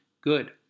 good